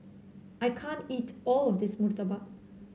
I can't eat all of this Murtabak